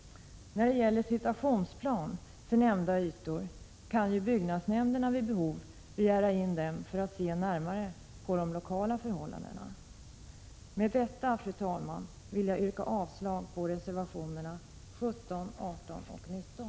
När det gäller situationsplaner för nämnda ytor kan ju byggnadsnämnderna vid behov begära in dem för att se närmare på de lokala förhållandena. Med detta, fru talman, vill jag yrka avslag på reservationerna 17, 18 och 19.